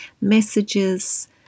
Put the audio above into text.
messages